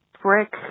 brick